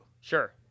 Sure